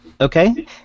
okay